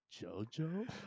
Jojo